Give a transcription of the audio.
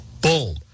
Boom